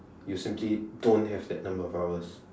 you simply don't have that number of hours